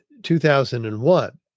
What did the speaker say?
2001